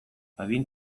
adin